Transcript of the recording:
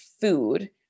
food